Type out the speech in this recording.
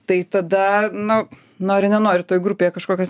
tai tada nu nori nenori toj grupėje kažkokios